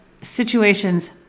situations